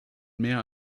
mehr